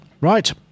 Right